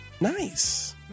Nice